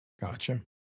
Gotcha